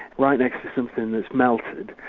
right next to something that's melted,